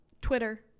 Twitter